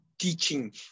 teaching